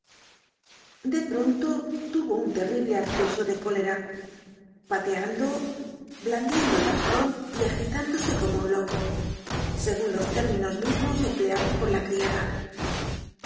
de pronto tuvo un terrible acceso de cólera pateando blandiendo el bastón y agitándose como un loco según los términos mismos empleados por la criada